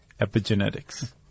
epigenetics